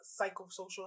psychosocial